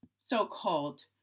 so-called